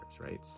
right